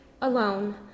alone